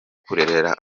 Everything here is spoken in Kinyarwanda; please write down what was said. kurera